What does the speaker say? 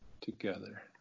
together